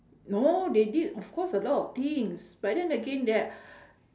no they did of course a lot of things but then again they are